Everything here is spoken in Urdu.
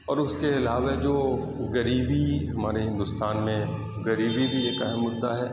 اور اس کے علاوہ جو غریبی ہمارے ہندوستان میں غریبی بھی ایک اہم مدعا ہے